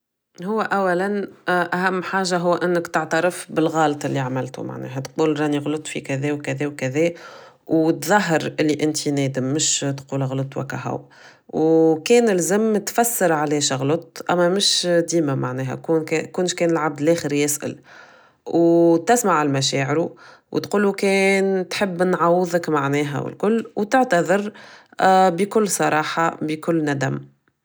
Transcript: هو اولا اهم حاجة هو انك تعترف بلغلط اللي عملتو معناه تقول راني غلطت في كدا و كدا و تظهر انو انت نادم مش تقول غلطت و اكاهو و كان لزم تفسر علاش غلطت اما مش ديما معناها كون كان العبد لاخر يسأل و تسمع لمشاعرو و تقول لوكان تحب نعوضك و الكل و تعتذر بكل صراحة بكل ندم